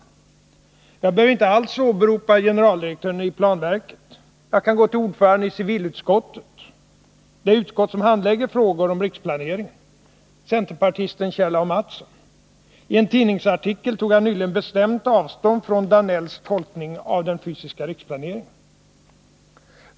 Jag behöver inte alls åberopa generaldirektören i planverket. Jag kan gå till ordföranden i civilutskottet — det utskott som handlägger frågor om riksplaneringen — centerpartisten Kjell A. Mattsson. I en tidningsartikel tog han nyligen bestämt avstånd från statsrådet Danells tolkning av den fysiska riksplaneringen.